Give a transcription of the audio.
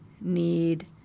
need